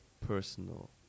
personal